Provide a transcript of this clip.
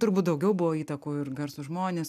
turbūt daugiau buvo įtakų ir garsūs žmonės